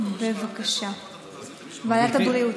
ועדת הבריאות.